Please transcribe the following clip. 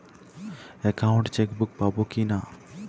Account chequebook পাবো কি না?